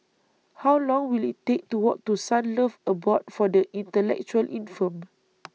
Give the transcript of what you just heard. How Long Will IT Take to Walk to Sunlove Abode For The Intellectually Infirmed